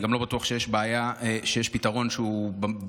אני גם לא בטוח שיש פתרון שהוא מיידי,